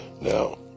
Now